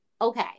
okay